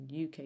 UK